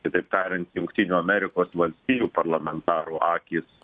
kitaip tariant jungtinių amerikos valstijų parlamentarų akys